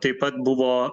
taip pat buvo